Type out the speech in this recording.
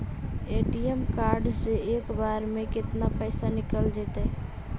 ATM card से एक बार में केतना पैसा निकल जइतै?